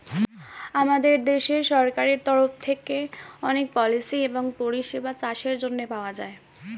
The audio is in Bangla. আমাদের দেশের সরকারের তরফ থেকে অনেক পলিসি এবং পরিষেবা চাষের জন্যে পাওয়া যায়